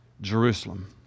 Jerusalem